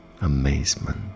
amazement